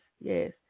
yes